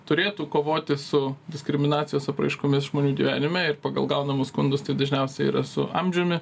turėtų kovoti su diskriminacijos apraiškomis žmonių gyvenime ir pagal gaunamus skundus tai dažniausiai yra su amžiumi